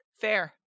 fair